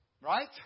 Right